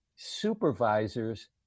Supervisors